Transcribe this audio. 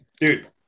Dude